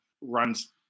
runs